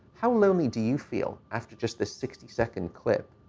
how lonely do you feel after just the sixty second clip?